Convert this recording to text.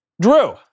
Drew